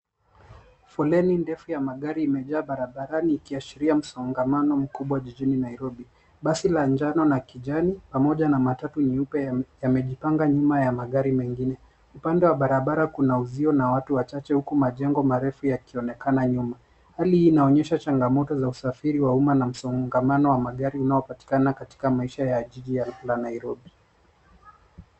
Foleni ndefu ya magari imejaa barabarani ikiashiria msongamano mkubwa jijini Nairobi. Basi la njano na kijani pamoja na matatu meupe yamejipanga nyuma ya magari mengine. Upande wa barabara kuna uzio na watu wachache huku majengo marefu yakionekana nyuma. Hali hii inaonyesha changamoto za usafiri wa uma na msongamano wa magari unao patikana katika maisha ya jiji la Nairobi.